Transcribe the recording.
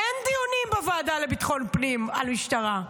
אין דיונים בוועדה לביטחון פנים על המשטרה,